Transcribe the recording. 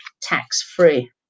tax-free